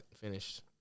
finished